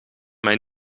mijn